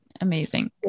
Amazing